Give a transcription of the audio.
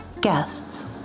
guests